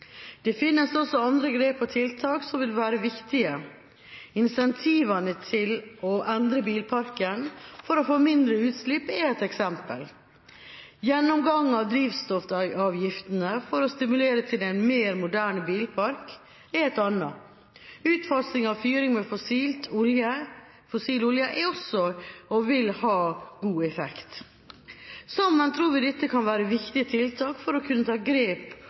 Det finnes også andre grep og tiltak som vil være viktige. Incentivene til å endre bilparken for å få mindre utslipp er et eksempel. Gjennomgang av drivstoffavgiftene for å stimulere til en mer moderne bilpark er et annet. Utfasing av fyring med fossil olje vil også ha god effekt. Sammen tror vi dette kan være viktige tiltak for å kunne ta grep